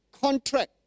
contract